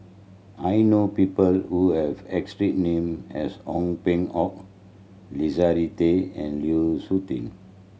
I know people who have name as Ong Peng Hock Leslie Tay and Liu Suitin